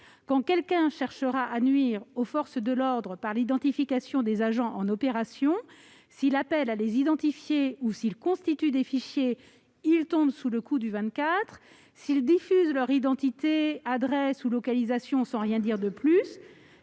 Quand quelqu'un cherchera à nuire aux forces de l'ordre par l'identification des agents en opération, s'il appelle à les identifier ou s'il constitue des fichiers, il tombera sous le coup de l'article 24 ; s'il diffuse leurs identités, adresses ou localisations sans rien dire de plus,